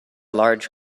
large